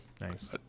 Nice